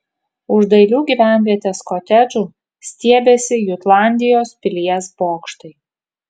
už dailių gyvenvietės kotedžų stiebėsi jutlandijos pilies bokštai